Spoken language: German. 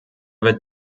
wird